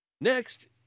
Next